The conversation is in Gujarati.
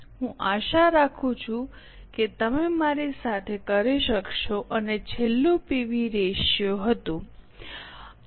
હું આશા રાખું છું કે તમે મારી સાથે કરી શકશો અને છેલ્લું પીવી રેશિયો હતું